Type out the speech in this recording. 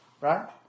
Right